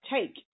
take